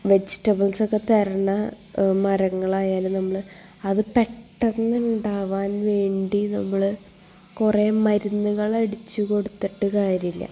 വെജിറ്റബിൾസൊക്കെ തരണ മരങ്ങളായാലും നമ്മൾ അത് പെട്ടന്നുണ്ടാവാൻ വേണ്ടി നമ്മൾ കുറേ മരുന്നുകളടിച്ച് കൊടുത്തിട്ട് കാര്യമില്ല